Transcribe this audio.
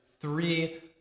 three